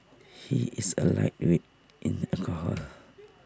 he is A lightweight in alcohol